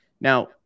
Now